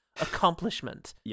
accomplishment